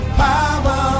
power